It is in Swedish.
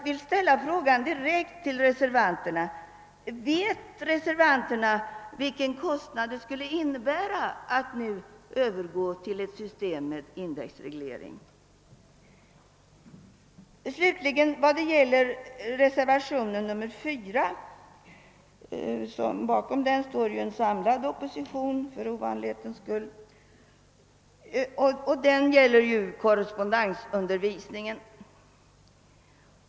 kostnader övergången till ett system med indexreglering skulle medföra? Reservationen 4 — bakom vilken det för ovanlighetens skull står en samlad opposition — gäller korrespondensundervisningen.